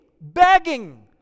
begging